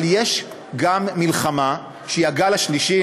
אבל יש גם מלחמה שהיא הגל השלישי.